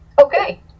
Okay